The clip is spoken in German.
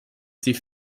sie